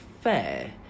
fair